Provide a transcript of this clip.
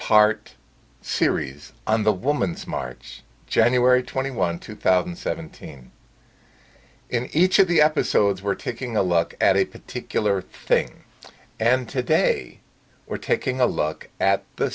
part series on the woman's march january twenty one two thousand and seventeen in each of the episodes we're taking a look at a particular thing and today we're taking a look at the